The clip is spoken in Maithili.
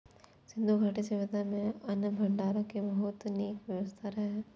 सिंधु घाटी सभ्यता मे अन्न भंडारण के बहुत नीक व्यवस्था रहै